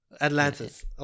Atlantis